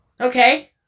Okay